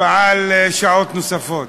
פעל שעות נוספות.